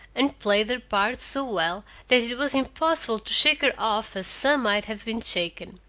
and played her part so well that it was impossible to shake her off as some might have been shaken.